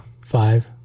Five